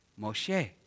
Moshe